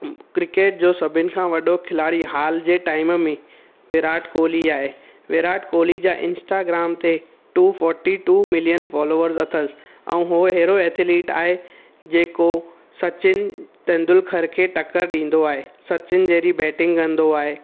cricket जो सभिनि खां वॾो खिलाड़ी हाल जे टाइम में विराट कोहली आहे विराट कोहली जा इंस्टाग्राम ते two forty two million follower अथसि ऐं हो अहिड़ो एथलीट आहे जेको सचिन तेंदुलकर खे टकरु ॾींदो आहे सचिन जहिड़ी बैटिंग कंदो आहे